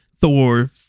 Thor